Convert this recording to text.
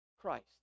Christ